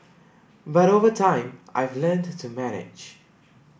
but over time I've learnt to manage